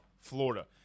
Florida